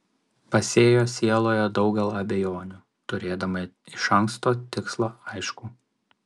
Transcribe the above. pasėjo sieloje daugel abejonių turėdama iš anksto tikslą aiškų